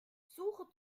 suche